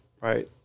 right